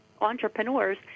entrepreneurs